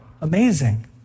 Amazing